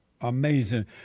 Amazing